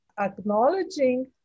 acknowledging